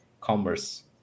commerce